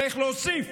צריך להוסיף